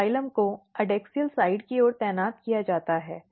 तो जाइलम को adaxial sides की ओर तैनात किया जाता है